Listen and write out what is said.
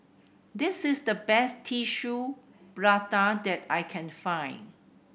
this is the best Tissue Prata that I can find